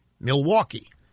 Milwaukee